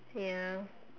ya